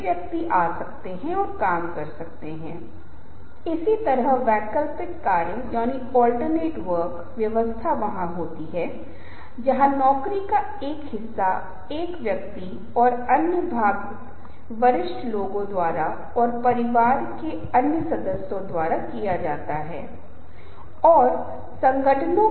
यह सभी घटक निर्णय लेने की प्रक्रिया में एक महत्वपूर्ण भूमिका निभाते हैं जैसा कि मैंने कहा कि आपके साथ साझा किया गया एक या दो पेपर हो सकते हैं जिन्हें मैं साझा करूँगा और इसमें शामिल जटिल प्रक्रियाओं का सुझाव दूंगा और इस क्षेत्र में अनुसंधान करना कितना कठिन है लेकिन ध्यान दे कि शोध जारी हैं और हम एक साथ थोड़ा शोध ही कर रहे हैं